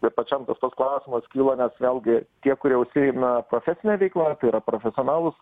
bet pačiam toks klausimas kyla nes vėlgi tie kurie užsiima profesine veikla yra profesionalūs